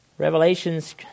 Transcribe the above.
Revelation's